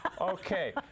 Okay